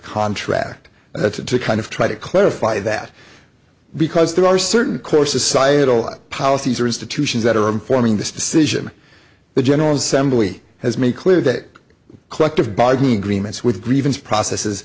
contract that's a kind of try to clarify that because there are certain core societal policies or institutions that are informing this decision the general assembly has made clear that collective bargaining agreements with grievance processes